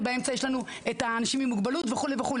ובאמצע יש לנו האנשים עם מוגבלות וכו',